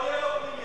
לא מהאויב הפנימי.